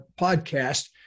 podcast